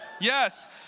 Yes